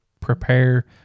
prepare